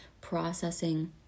processing